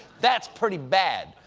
that's pretty bad.